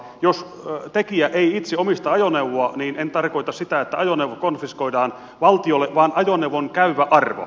jos tekijä ei itse omista ajoneuvoa niin en tarkoita sitä että ajoneuvo konfiskoidaan valtiolle vaan ajoneuvon käyvä arvo